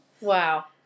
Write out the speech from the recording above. Wow